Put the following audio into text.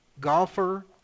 golfer